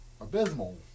abysmal